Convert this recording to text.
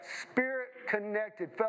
spirit-connected